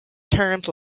terms